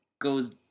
goes